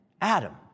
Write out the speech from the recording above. Adam